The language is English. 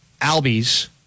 Albies